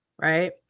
right